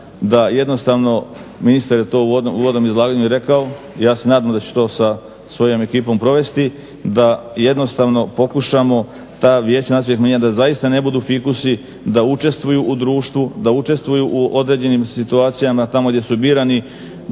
da jednostavno, ministar je to u uvodnom izlaganju rekao i ja se nadam da će to sa svojom ekipom provesti, da jednostavno pokušamo ta vijeća nacionalnih manjina da zaista ne budu fikusi, da učestvuju u društvu, da učestvuju u određenim situacijama tamo gdje su birani,